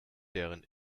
deren